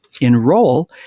enroll